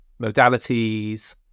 modalities